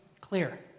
clear